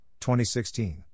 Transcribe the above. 2016